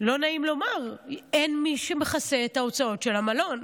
לא נעים לומר, אין מי שמכסה את ההוצאות של המלון.